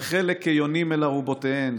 וחלק, כיונים אל ארובותיהן.